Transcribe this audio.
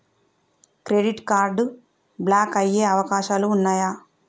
Credit card block అయ్యే అవకాశాలు ఉన్నయా?